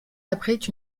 abrite